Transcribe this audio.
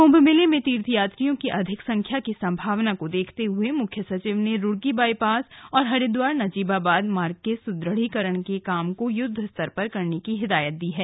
कुम्भ मेले में तीर्थयात्रियों की अधिक संख्या की संभावना को देखते हुए मुख्य सचिव ने रूड़की बाई पास और हरिद्वार नजीबाबाद मार्ग के सुदृढ़ीकरण के काम को युद्धस्तर पर करने की हिदायत दी है